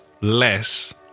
less